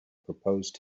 proposed